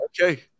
okay